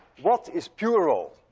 what is pure roll?